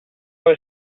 was